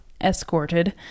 Escorted